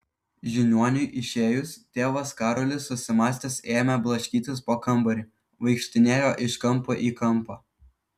žiniuoniui išėjus tėvas karolis susimąstęs ėmė blaškytis po kambarį vaikštinėjo iš kampo į kampą